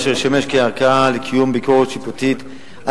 אשר ישמש כערכאה לקיום ביקורת שיפוטית על